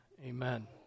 amen